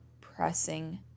pressing